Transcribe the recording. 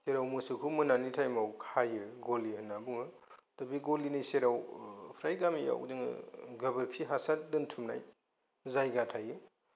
जेराव मोसौखौ मोनानि टाइमाव खायो गलि होननानै बुङो दा बे गलिनि सेराव फ्राय गामियाव जोङो गोबोरखि हासार दोनथुमनाय जायगा थायो